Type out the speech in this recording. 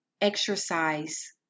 exercise